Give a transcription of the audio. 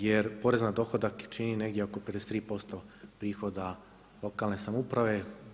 Jer porez na dohodak čini negdje oko 53% prihoda lokalne samouprave.